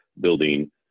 building